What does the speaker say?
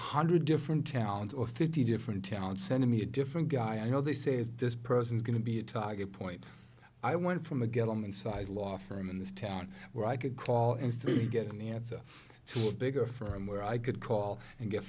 hundred different towns or fifty different town sending me a different guy i know they say if this person is going to be a target point i want from the get on one side law firm in this town where i could call and three get an answer to a bigger firm where i could call and get